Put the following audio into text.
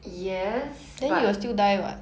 irritate me like I won't keep